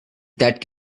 that